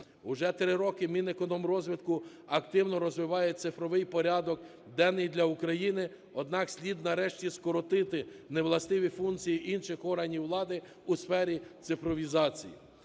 Уже 3 роки Мінекономрозвитку активно розвиває цифровий порядок денний для України. Однак слід, нарешті, скоротити невластиві функції інших органів влади у сфері цифровізації.